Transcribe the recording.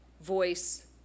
voice